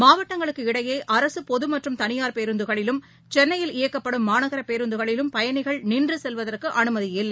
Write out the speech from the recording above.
மாவட்டங்களுக்கு இடையேஅரசுபொதுமற்றும் தனியார் பேருந்துகளிலும் சென்னையில் இயக்கப்படும் மாநகரபேருந்துகளிலும் பயணிகள் நின்றுசெல்வதற்குஅனுமதி இல்லை